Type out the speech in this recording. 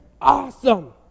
awesome